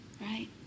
Right